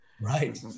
Right